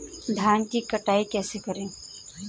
धान की कटाई कैसे करें?